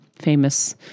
famous